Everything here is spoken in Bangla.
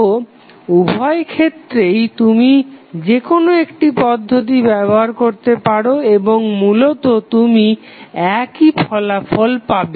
তো উভয়ক্ষেত্রেই তুমি যেকোনো একটি পদ্ধতি ব্যবহার করতে পারো এবং মূলত তুমি একই ফলাফল পাবে